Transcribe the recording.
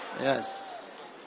Yes